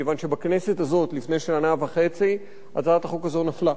מכיוון שבכנסת הזאת לפני שנה וחצי הצעת החוק הזו נפלה.